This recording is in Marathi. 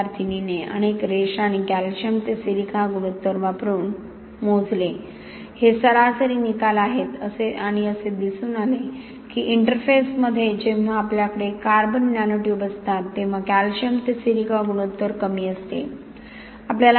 विद्यार्थिनीने अनेक रेषा आणि कॅल्शियम ते सिलिका गुणोत्तर वापरून मोजले हे सरासरी निकाल आहेत आणि असे दिसून आले की इंटरफेसमध्ये जेव्हा आपल्याकडे कार्बन नॅनो ट्यूब असतात तेव्हा कॅल्शियम ते सिलिका गुणोत्तर कमी असते